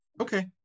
Okay